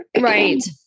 right